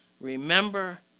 Remember